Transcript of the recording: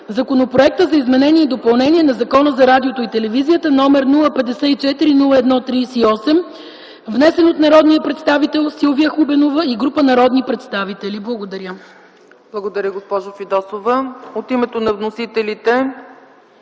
Законопроекта за изменение и допълнение на Закона за радиото и телевизията, № 054-01-38, внесен от народния представител Силвия Хубенова и група народни представители.” Благодаря. ПРЕДСЕДАТЕЛ ЦЕЦКА ЦАЧЕВА: Благодаря, госпожо Фидосова. От името на вносителите